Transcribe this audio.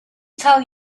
tell